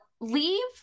leave